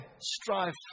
strive